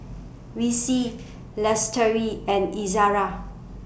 Rizqi Lestari and Izara